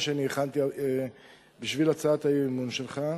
שאני הכנתי להצעת האי-אמון שלך,